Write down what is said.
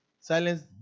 Silence